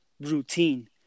routine